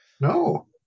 No